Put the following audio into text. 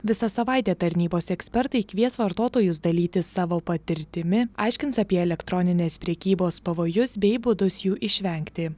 visą savaitę tarnybos ekspertai kvies vartotojus dalytis savo patirtimi aiškins apie elektroninės prekybos pavojus bei būdus jų išvengti